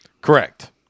Correct